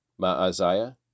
Maaziah